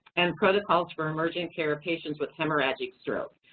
and protocols for emergent care of patients with hemorrhagic stroke.